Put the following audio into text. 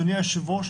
אדוני היושב ראש,